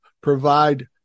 provide